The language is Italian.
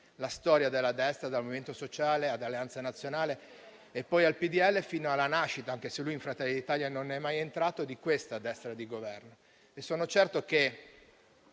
la storia della destra, dal Movimento Sociale ad Alleanza Nazionale e poi al PdL, fino alla nascita - anche se lui in Fratelli d'Italia non è mai entrato - dell'attuale destra di Governo. Sono certo che